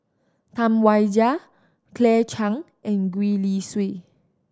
Tam Wai Jia Claire Chiang and Gwee Li Sui